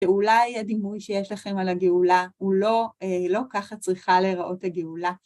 שאולי הדימוי שיש לכם על הגאולה הוא לא... לא ככה צריכה להיראות הגאולה.